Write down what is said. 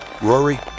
Rory